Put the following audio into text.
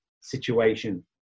situation